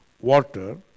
water